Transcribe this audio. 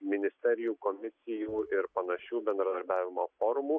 ministerijų komisijų ir panašių bendradarbiavimo formų